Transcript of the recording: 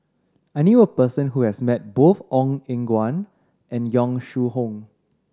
I knew a person who has met both Ong Eng Guan and Yong Shu Hoong